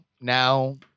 now